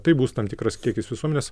taip bus tam tikras kiekis visuomenės